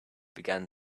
began